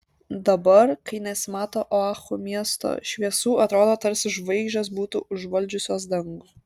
dabar kai nesimato oahu miesto šviesų atrodo tarsi žvaigždės būtų užvaldžiusios dangų